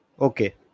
Okay